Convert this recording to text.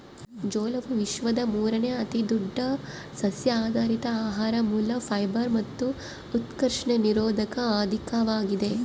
ಜೋಳವು ವಿಶ್ವದ ಮೂರುನೇ ಅತಿದೊಡ್ಡ ಸಸ್ಯಆಧಾರಿತ ಆಹಾರ ಮೂಲ ಫೈಬರ್ ಮತ್ತು ಉತ್ಕರ್ಷಣ ನಿರೋಧಕ ಅಧಿಕವಾಗಿದೆ